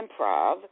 improv